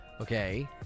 okay